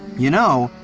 you know,